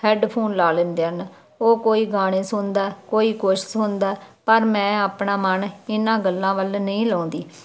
headphone ਲਾ ਲੈਂਦੇ ਹਨ ਉਹ ਕੋਈ ਗਾਣੇ ਸੁਣਦਾ ਕੋਈ ਕੁਝ ਸੁਣਦਾ ਪਰ ਮੈਂ ਆਪਣਾ ਮਨ ਇਹਨਾਂ ਗੱਲਾਂ ਵੱਲ ਨਹੀਂ ਲਾਉਂਦੀ